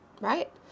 right